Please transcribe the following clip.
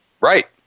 right